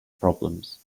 problems